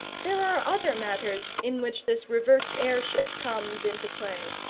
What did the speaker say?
there are other matters in which this reversed heirship comes into play.